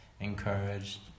encouraged